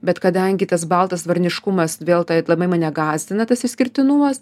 bet kadangi tas baltas varankiškumas vėl tai labai mane gąsdina tas išskirtinumas